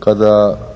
kada